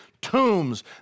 tombs